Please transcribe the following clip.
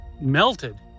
melted